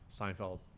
Seinfeld